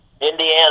Indiana